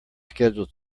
scheduled